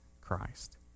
Christ